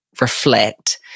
reflect